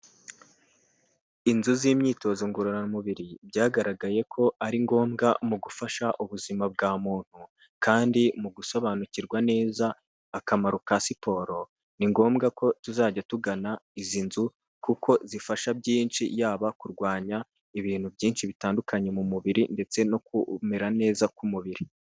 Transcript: Inzu z'imyitozo ngororamubiri byagaragaye ko ari ngombwa mu gufasha ubuzima bwa muntu, kandi mu gusobanukirwa neza akamaro ka siporo ni ngombwa ko tuzajya tugana izi nzu, kuko zifasha byinshi yaba kurwanya ibintu byinshi bitandukanye mu mubiri ndetse no kumera neza k'umubiri.